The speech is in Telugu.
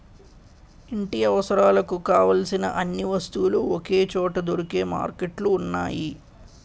ఇంటి అవసరాలకు కావలసిన అన్ని వస్తువులు ఒకే చోట దొరికే మార్కెట్లు ఉన్నాయి